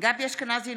גבי אשכנזי,